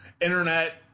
internet